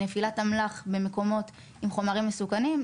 מנפילת אמל"ח במקומות עם חומרים מסוכנים,